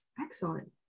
Excellent